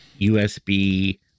USB